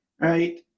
right